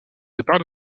départ